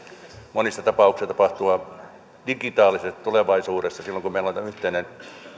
monissa tapauksissa tapahtua digitaalisesti tulevaisuudessa silloin kun meillä on tämä yhteinen